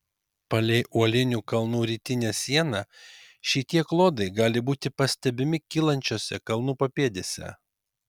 palei uolinių kalnų rytinę sieną šitie klodai gali būti pastebimi kylančiose kalnų papėdėse